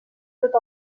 tot